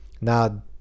Now